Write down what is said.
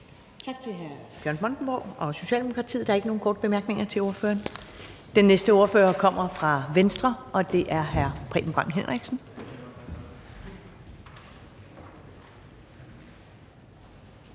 Tak til hr. Bjørn Brandenborg, Socialdemokratiets ordfører. Der er ikke flere korte bemærkninger til ordføreren. Den næste ordfører kommer fra Venstre, og det er hr. Jan E. Jørgensen.